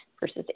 versus